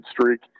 streak